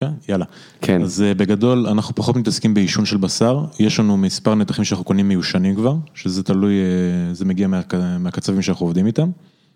יאללה, אז בגדול אנחנו פחות מתעסקים ביישון של בשר, יש לנו מספר נתחים שאנחנו קונים מיושנים כבר, שזה תלוי, זה מגיע מהקצבים שאנחנו עובדים איתם.